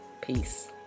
Peace